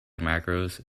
macros